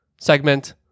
segment